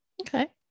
Okay